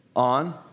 on